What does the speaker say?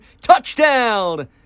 touchdown